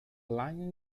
lion